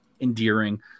endearing